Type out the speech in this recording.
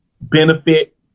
benefit